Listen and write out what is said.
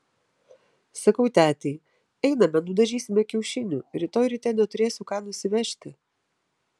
sakau tetei einame nudažysime kiaušinių rytoj ryte neturėsiu ką nusivežti